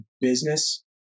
business